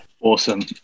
Awesome